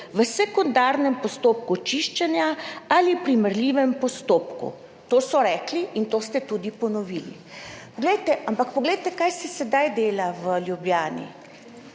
v sekundarnem postopku čiščenja ali primerljivem postopku. To so rekli in to ste tudi ponovili. Ampak poglejte, kar se sedaj dela v Ljubljani